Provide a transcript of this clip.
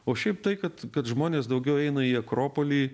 o šiaip tai kad kad žmonės daugiau eina į akropolį